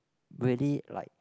really like